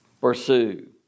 pursue